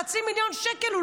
חצי מיליון השקלים,